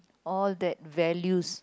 all that values